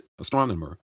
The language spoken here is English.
astronomer